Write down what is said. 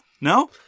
no